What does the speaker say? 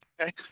okay